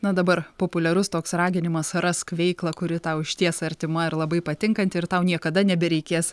na dabar populiarus toks raginimas rask veiklą kuri tau išties artima ir labai patinkanti ir tau niekada nebereikės